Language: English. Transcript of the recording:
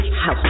House